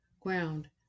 ground